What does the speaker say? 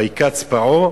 וייקץ פרעה,